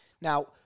Now